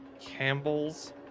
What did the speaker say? Campbell's